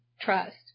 trust